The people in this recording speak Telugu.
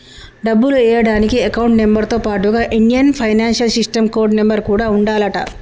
డబ్బులు ఎయ్యడానికి అకౌంట్ నెంబర్ తో పాటుగా Indian financial system code number కూడా ఉండాలంట